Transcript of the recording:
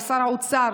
לשר האוצר,